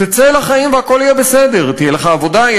תצא לחיים והכול יהיה בסדר: תהיה לך עבודה,